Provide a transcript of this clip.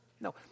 no